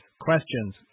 questions